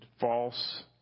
false